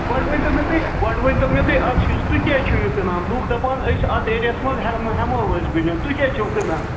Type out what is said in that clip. گۄڈٕ ؤنۍتَو مےٚ تُہۍ گۄڈٕ ؤنۍتَو مےٚ تُہۍ اَکھ چیٖز تُہۍ کیٛازِ چھِو یہِ کٕنان لوٗکھ دَپان أسۍ اَتھ ایریاہَس منٛز ہٮ۪مہٕ ہٮ۪مو أسۍ بِلڈِنٛگ تُہۍ کیٛازِ چھِو کٕنان